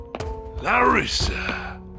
Larissa